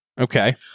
Okay